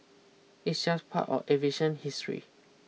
it's just part of aviation history